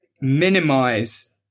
minimize